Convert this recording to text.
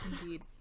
Indeed